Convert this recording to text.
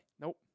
Nope